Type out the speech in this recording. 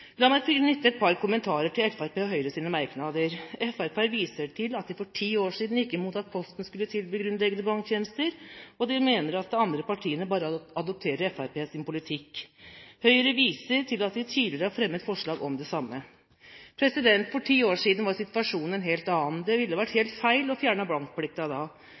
La meg knytte et par kommentarer til Fremskrittspartiets og Høyres merknader. Fremskrittspartiet viser til at de for ti år siden gikk imot at Posten skulle tilby grunnleggende banktjenester, og de mener at de andre partiene bare adopterer Fremskrittspartiets politikk. Høyre viser til at de tidligere har fremmet forslag om det samme. For ti år siden var situasjonen en helt annen. Det ville vært helt feil å fjerne bankplikten da.